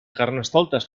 carnestoltes